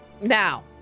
now